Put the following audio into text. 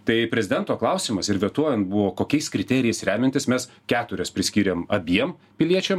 tai prezidento klausimas ir vetuojant buvo kokiais kriterijais remiantis mes keturias priskyrėm abiem piliečiam